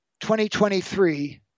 2023